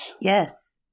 Yes